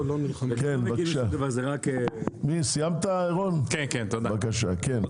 חברי הכנסת, בבקשה.